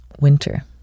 Winter